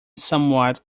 somewhat